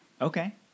okay